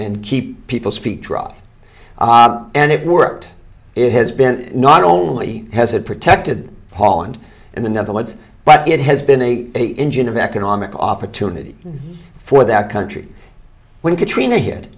and keep people speak draw and it worked it has been not only has it protected holland and the netherlands but it has been a engine of economic opportunity for that country when katrina hit